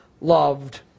loved